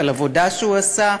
על עבודה שהוא עשה,